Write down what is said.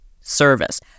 service